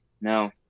no